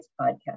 podcast